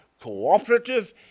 cooperative